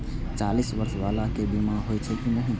चालीस बर्ष बाला के बीमा होई छै कि नहिं?